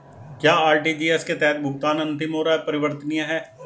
क्या आर.टी.जी.एस के तहत भुगतान अंतिम और अपरिवर्तनीय है?